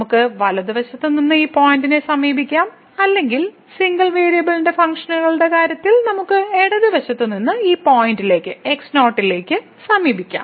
നമുക്ക് വലതുവശത്ത് നിന്ന് ഈ പോയിന്റിലേക്ക് സമീപിക്കാം അല്ലെങ്കിൽ സിംഗിൾ വേരിയബിളിന്റെ ഫംഗ്ഷനുകളുടെ കാര്യത്തിൽ നമുക്ക് ഇടതുവശത്ത് നിന്ന് ഈ പോയിന്റിലേക്ക് x0 ലേക്ക് സമീപിക്കാം